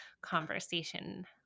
conversation